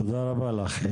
תודה רבה לך.